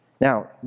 Now